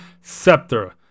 scepter